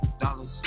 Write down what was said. dollars